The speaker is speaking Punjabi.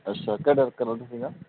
ਅੱਛਾ ਕਿਹੜਾ ਕਲਰ ਸੀਗਾ